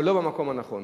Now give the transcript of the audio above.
אבל לא במקום הנכון.